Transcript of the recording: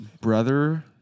brother